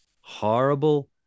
horrible